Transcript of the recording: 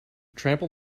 trample